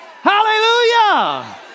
Hallelujah